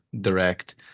direct